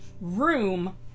room